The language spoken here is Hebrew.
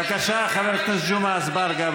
בבקשה, חבר הכנסת ג'מעה אזברגה.